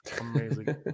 Amazing